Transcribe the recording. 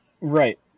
right